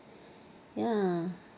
ya